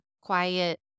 quiet